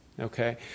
okay